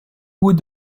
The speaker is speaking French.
bout